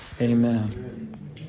amen